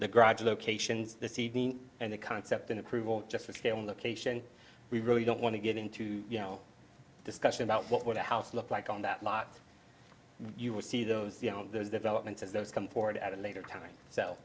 the garage locations and the concept and approval just to stay on the patient we really don't want to get into you know discussion about what would a house look like on that lot you would see those you know those developments as those come forward at a later time